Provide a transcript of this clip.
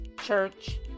church